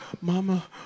mama